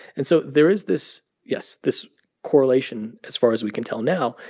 and so there is this yes, this correlation, as far as we can tell now,